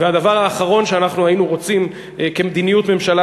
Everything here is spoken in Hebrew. והדבר האחרון שאנחנו היינו רוצים כמדיניות ממשלה,